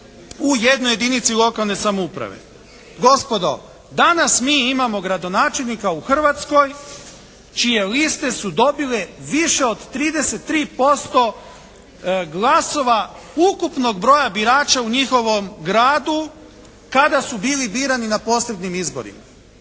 u jednoj jedinici lokalne samouprave. Gospodo, danas mi imamo gradonačelnika u Hrvatskoj čije liste su dobile više od 33% glasova ukupnog broja birača u njihovom gradu kada su bili birani na posrednim izborima.